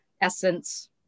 essence